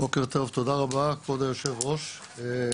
(הקרנת